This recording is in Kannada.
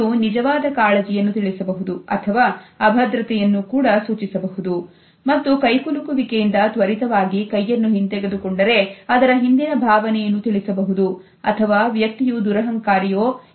ಇದು ನಿಜವಾದ ಕಾಳಜಿಯನ್ನು ತಿಳಿಸಬಹುದು ಅಥವಾ ಅಭದ್ರತೆಯನ್ನು ಸೂಚಿಸಬಹುದು ಮತ್ತು ಕೈಕುಲುಕುವಿಕೆಯಿಂದ ತ್ವರಿತವಾಗಿ ಕೈಯನ್ನು ಹಿಂತೆಗೆದುಕೊಂಡರೆ ಅದರ ಹಿಂದಿನ ಭಾವನೆಯನ್ನು ತಿಳಿಸಬಹುದು ಅಥವಾ ವ್ಯಕ್ತಿಯು ದುರಹಂಕಾರಿಯೇ ಎಂಬುದನ್ನು ತಿಳಿಸಬಹುದು